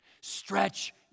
stretch